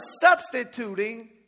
substituting